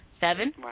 seven